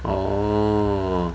orh